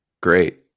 Great